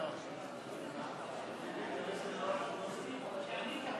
ההצבעה: